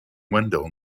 wendell